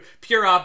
pure